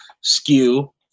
skew